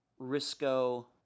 Risco